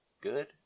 Good